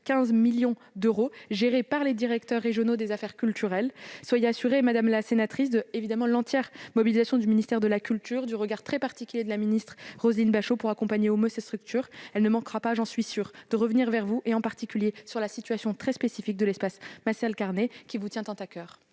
2,15 millions d'euros, géré par les directions régionales des affaires culturelles. Soyez assurée, madame la sénatrice, de l'entière mobilisation de la ministre de la culture et du regard très particulier de Roselyne Bachelot pour accompagner au mieux ces structures. Elle ne manquera pas, j'en suis sûre, de revenir vers vous, en particulier sur la situation très spécifique de l'espace Marcel-Carné, qui vous tient tant à coeur.